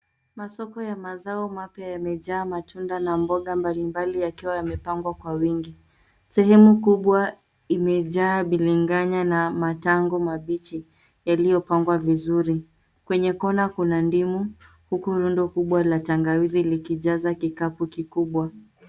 Masoko ya mazao mapya jamejaa matunda na mboga mbali mbali, yakiwa yamepangwa kwa wingi. Sehemu kubwa imejaa biringanya na matango mabichi, yaliyopangwa vizuri. Kwenye kona kuna ndimu, huku rundo kubwa la tangawizi likijaza kikapu kikubwa.